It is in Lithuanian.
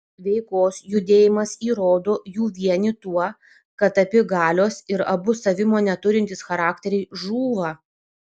veikos judėjimas įrodo jų vienį tuo kad abi galios ir abu savimonę turintys charakteriai žūva